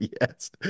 Yes